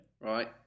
Right